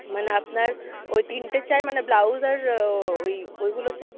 মানে আপনার ওই তিনটে চাই মানে ব্লাউজ আর ওই ওইগুলো চাই